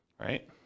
right